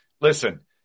listen